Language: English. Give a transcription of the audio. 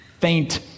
faint